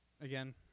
again